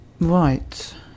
right